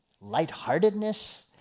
lightheartedness